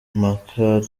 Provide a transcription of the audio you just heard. machar